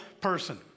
person